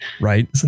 right